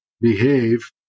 behave